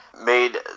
made